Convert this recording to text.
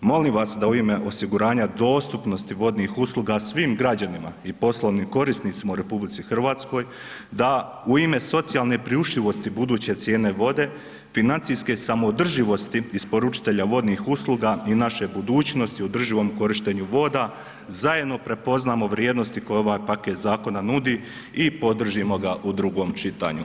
Molim vas da u ime osiguranja dostupnosti vodnih usluga svim građanima i poslovnim korisnicima u RH da u ime socijalne priuštivosti buduće cijene vode, financijske samoodrživosti isporučitelja vodnih usluga i naše budućnosti u održivom korištenju voda, zajedno prepoznamo vrijednosti koje ovaj paket zakona nudi i podržimo ga u drugom čitanju.